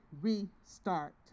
restart